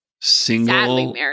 single